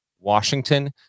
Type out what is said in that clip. washington